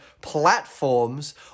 platforms